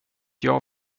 jag